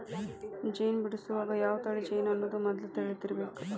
ಜೇನ ಬಿಡಸುವಾಗ ಯಾವ ತಳಿ ಜೇನು ಅನ್ನುದ ಮದ್ಲ ತಿಳದಿರಬೇಕ